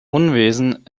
unwesen